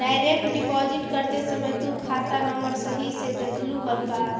Direct deposit करते समय तु खाता नंबर सही से देखलू हल का?